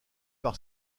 par